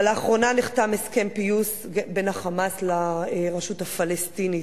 לאחרונה נחתם הסכם פיוס בין ה"חמאס" לרשות הפלסטינית.